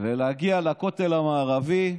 ולהגיע לכותל המערבי.